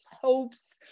hopes